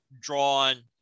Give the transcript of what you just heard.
drawn